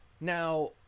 Now